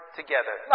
together